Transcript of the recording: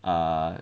err